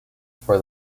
for